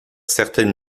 certaines